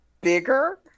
bigger